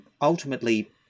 ultimately